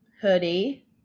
hoodie